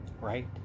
right